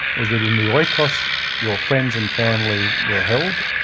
was that in the oikos your friends and family were held,